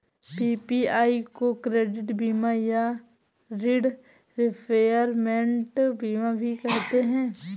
PPI को credit बीमा या ॠण रिपेयरमेंट बीमा भी कहते हैं